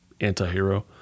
antihero